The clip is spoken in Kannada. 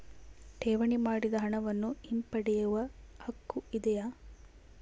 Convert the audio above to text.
ಠೇವಣಿ ಮಾಡಿದ ಹಣವನ್ನು ಹಿಂಪಡೆಯವ ಹಕ್ಕು ಇದೆಯಾ?